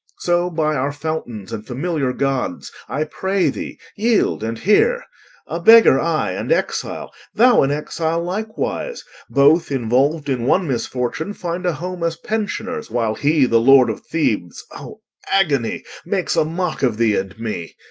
so, by our fountains and familiar gods i pray thee, yield and hear a beggar i and exile, thou an exile likewise both involved in one misfortune find a home as pensioners, while he, the lord of thebes, o agony! makes a mock of thee and me.